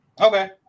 Okay